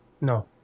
No